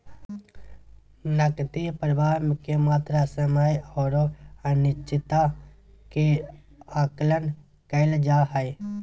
नकदी प्रवाह के मात्रा, समय औरो अनिश्चितता के आकलन कइल जा हइ